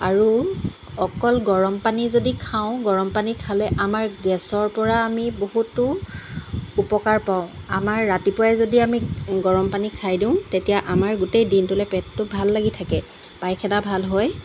আৰু অকল গৰমপানী যদি খাওঁ গৰমপানী খালে আমাৰ গেছৰপৰা আমি বহুতো উপকাৰ পাওঁ আমাৰ ৰাতিপুৱাই যদি আমি গৰমপানী খাই দিওঁ তেতিয়া আমাৰ গোটেই দিনটোলৈ পেটতো ভাল লাগি থাকে পায়খানা ভাল হয়